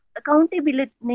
accountability